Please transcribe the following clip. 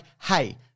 hey